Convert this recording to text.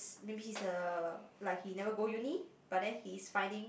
maybe he's uh like he never go uni but then he is finding